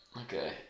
Okay